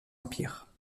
empire